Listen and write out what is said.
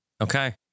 Okay